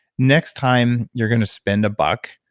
next time you're going to spend a buck,